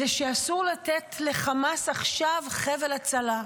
זה שאסור לתת לחמאס עכשיו חבל הצלה.